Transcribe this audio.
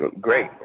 Great